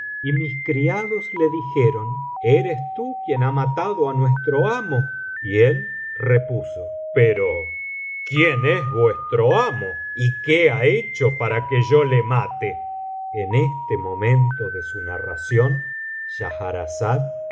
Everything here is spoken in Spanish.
y rais criados le dijeron eres tu quien ha matado á nuestro amo y él repuso pero quién es vuestro amo y qué ha hecho para que yo le mate en este momento de su narración schahrazada vio